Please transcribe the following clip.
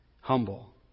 humble